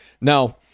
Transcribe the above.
now